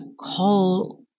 call